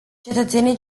cetățenii